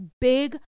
big